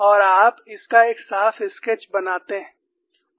और आप इस का एक साफ स्केच बनाते हैं